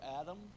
adam